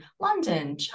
London